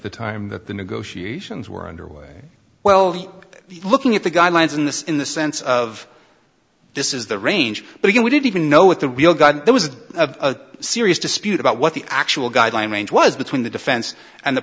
the time that the negotiations were underway well looking at the guidelines in this in the sense of this is the range but again we didn't even know what the real gun there was a serious dispute about what the actual guideline range was between the defense and the